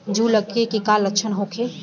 जूं लगे के का लक्षण का होखे?